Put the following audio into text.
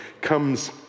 comes